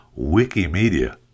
Wikimedia